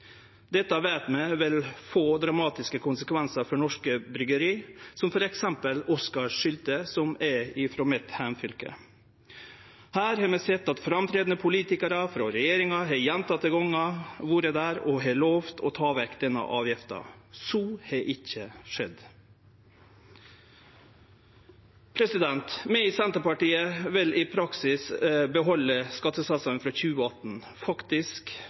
Dette veit vi vil få dramatiske konsekvensar for norske bryggeri, som f.eks. Oskar Sylte, som er frå mitt heimfylke. Vi har sett at framståande politikarar frå regjeringa gjentekne gongar har vore der og har lova å ta vekk denne avgifta. Så har ikkje skjedd. Vi i Senterpartiet vil i praksis behalde skattesatsane frå 2018.